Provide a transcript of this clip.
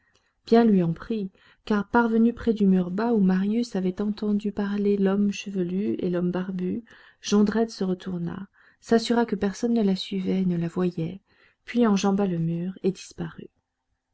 bien lui en prit car parvenu près du mur bas où marius avait entendu parler l'homme chevelu et l'homme barbu jondrette se retourna s'assura que personne ne le suivait et ne le voyait puis enjamba le mur et disparut